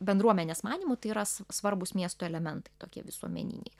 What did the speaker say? bendruomenės manymu tai yra svarbūs miesto elementai tokie visuomeniniai